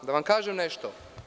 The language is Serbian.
Da vam kažem nešto.